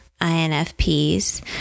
INFPs